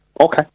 Okay